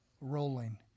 rolling